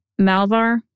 Malvar